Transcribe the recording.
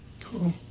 Cool